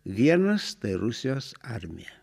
vienas tai rusijos armija